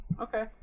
Okay